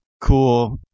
cool